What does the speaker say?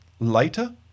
later